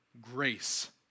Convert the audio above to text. grace